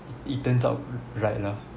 i~ it turns out right lah